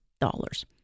dollars